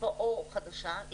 או חדשה,